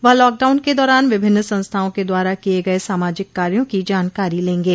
वह लॉकडाउन के दौरान विभिन्न संस्थाओं के द्वारा किये गये सामाजिक काया की जानकारी लेंगे